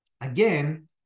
again